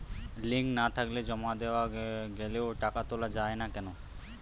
Link না থাকলে জমা দেওয়া গেলেও টাকা তোলা য়ায় না কেন?